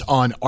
on